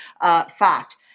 fact